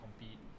compete